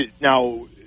now